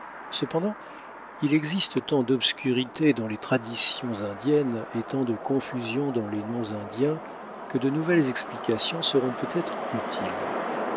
cependant il existe tant d'obscurité dans les traditions indiennes et tant de confusion dans les noms indiens que de nouvelles explications seront peut-être utiles